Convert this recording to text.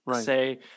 say